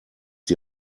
die